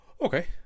Okay